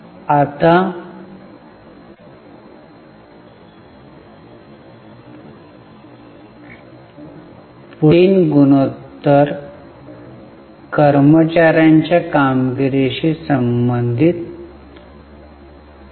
आता पुढील तीन गुणोत्तर कर्मचार्यांच्या कामगिरीशी संबंधित आहे